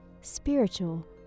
spiritual